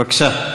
בבקשה.